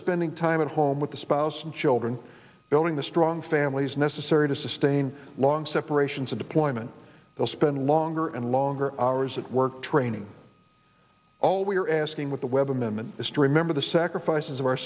spending time at home with the spouse and children building the strong families necessary to sustain long separations of deployment they'll spend longer and long hours at work training all we're asking with the webb amendment is to remember the sacrifices of our